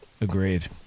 Agreed